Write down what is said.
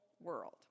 world